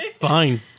fine